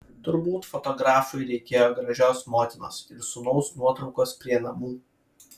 turbūt fotografui reikėjo gražios motinos ir sūnaus nuotraukos prie namų